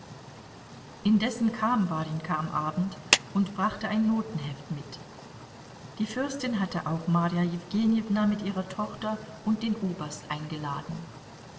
indessen kam warjenka am abend und brachte ein notenheft mit die fürstin hatte auch marja jewgenjewna mit ihrer tochter und den oberst eingeladen